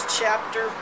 chapter